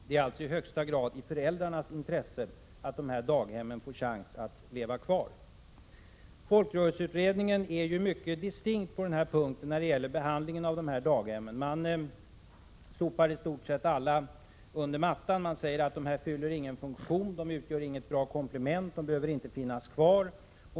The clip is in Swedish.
Det är alltså i högsta grad i föräldrarnas intresse att de här daghemmen får en chans att leva kvar. Folkrörelseutredningen är emellertid mycket distinkt när det gäller behandlingen av dessa daghem. Man sopar stort sett alla under mattan. Man säger: De fyller ingen funktion, de utgör inget bra komplement, de behöver inte finnas kvar.